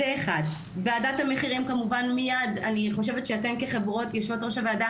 אני חושבת שאתן כחברות יושבות-ראש הוועדה,